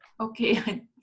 Okay